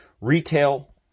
Retail